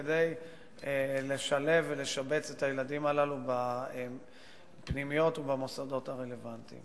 כדי לשלב ולשבץ את הילדים הללו בפנימיות ובמוסדות הרלוונטיים.